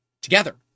together